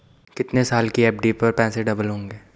कितने साल की एफ.डी पर पैसे डबल होंगे?